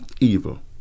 evil